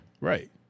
Right